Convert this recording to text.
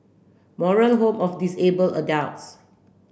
Moral Home of Disabled Adults